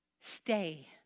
Stay